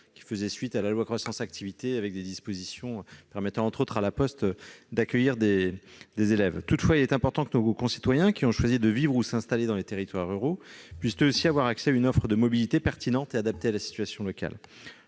qui contenait également des dispositions permettant, entre autres, à La Poste d'accueillir des élèves. Toutefois, il est important que nos concitoyens qui ont choisi de vivre ou de s'installer dans les territoires ruraux puissent eux aussi avoir accès à une offre de mobilité pertinente et adaptée à la situation locale.